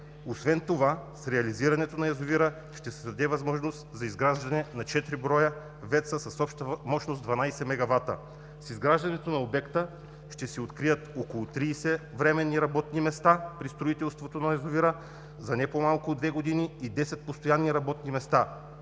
Освен това, с реализирането на язовира, ще се даде възможност за изграждане на 4 броя ВЕЦ-а с обща мощност 12 мегавата. С изграждането на обекта ще се открият около 30 временни работни места при строителството на язовира, за не по-малко от 2 години и 10 постоянни работни места.